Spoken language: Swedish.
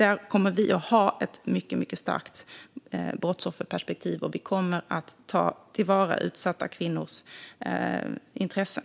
Vi kommer att ha ett starkt brottsofferperspektiv, och vi kommer att ta till vara utsatta kvinnors intressen.